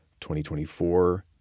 2024